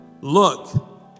look